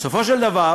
בסופו של דבר